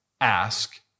Ask